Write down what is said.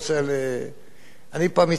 אני פעם הצעתי,